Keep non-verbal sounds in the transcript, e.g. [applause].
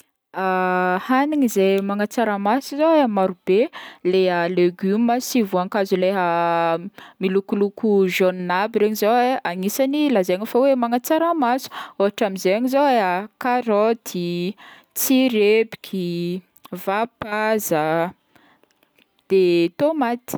[hesitation] Hagnigny zay mahatsara maso zao marobe, leha legumes sy voankazo leha [hesitation] milokoloko jaune aby regny zao agnisan'ny lazaigna fa hoe mahatsara maso, ôhatra amzegny zao e: karoty, tsirebiky, vapaza, de [hesitation] tomaty.